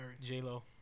J-Lo